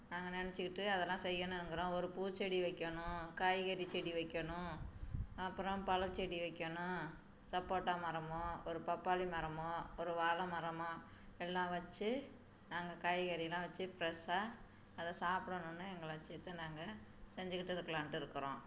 நாங்கள் நினச்சிக்கிட்டு அதெல்லாம் செய்யணுங்கிறோம் ஒரு பூச்செடி வைக்கணும் காய்கறி செடி வைக்கணும் அப்பறம் பல செடி வைக்கணும் சப்போட்டா மரமோ ஒரு பப்பாளி மரமோ ஒரு வாழை மரமோ எல்லாம் வச்சி நாங்கள் காய்கறிலாம் வச்சி ப்ரெஷ்ஷா அதை சாபபிடணுன்னு எங்கள் லட்சியத்தை நாங்கள் செஞ்சிக்கிட்டு இருக்கலான்ட்டு இருக்கிறோம்